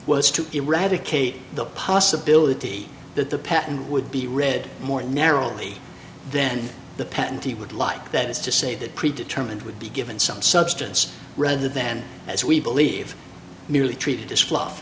was to eradicate the possibility that the patent would be read more narrowly then the patent he would like that is to say that pre determined would be given some substance rather then as we believe merely treat dis